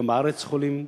וגם בארץ יש חולים.